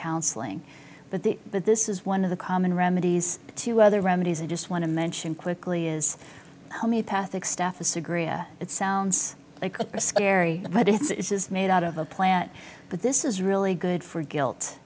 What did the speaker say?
counseling but the but this is one of the common remedies to other remedies i just want to mention quickly is homeopathic stuff a cigarette it sounds like a scary but it's is made out of a plant but this is really good for guilt